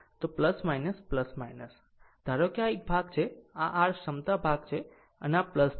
તો આ r છે ધારો કે આ એક ભાગ છે આ r ક્ષમતા ભાગ છે અને આ આ એક છે